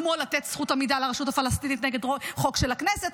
כמו לתת זכות עמידה לרשות הפלסטינית נגד חוק של הכנסת.